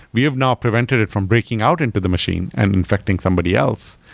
we have now prevented it from breaking out into the machine and infecting somebody else.